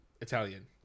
Italian